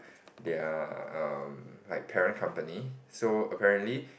their um like parent company so apparently